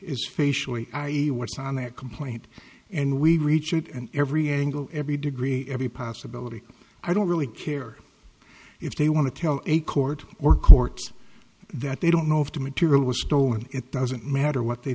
what's on that complaint and we reach it and every angle every degree every possibility i don't really care if they want to tell a court or courts that they don't know if the material was stolen it doesn't matter what they